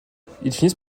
finissent